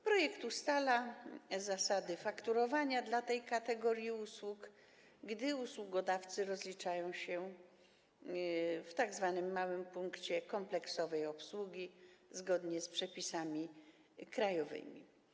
Projekt ustala zasady fakturowania dla tej kategorii usług, gdy usługodawcy rozliczają się w tzw. małym punkcie kompleksowej obsługi zgodnie z przepisami krajowymi.